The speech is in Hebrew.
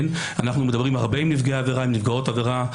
אנחנו מדברים הרבה עם נפגעי ונפגעות עבירה,